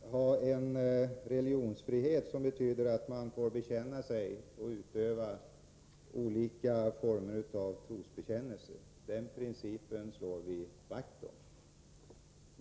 ha en religionsfrihet, som betyder att man får bekänna sig till och utöva olika former av religion. Den principen slår vi vakt om.